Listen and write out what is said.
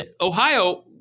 Ohio